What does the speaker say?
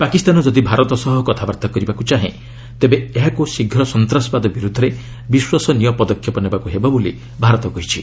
ପାକିସ୍ତାନ ଯଦି ଭାରତ ସହ କଥାବାର୍ତ୍ତା କରିବାକୁ ଚାହେଁ ତେବେ ଏହାକୁ ଶୀଘ୍ର ସନ୍ତାସବାଦ ବିରୁଦ୍ଧରେ ବିଶ୍ୱସନୀୟ ପଦକ୍ଷେପ ନେବାକୁ ହେବ ବୋଲି ଭାରତ କହିଛି